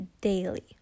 daily